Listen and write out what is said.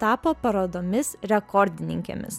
tapo parodomis rekordininkėmis